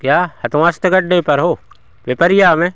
क्या हथवास तक अड्डे पर हो पिपरिया में